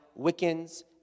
Wiccans